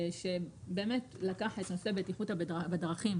שבאמת לקח את נושא הבטיחות בדרכים,